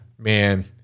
Man